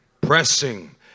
pressing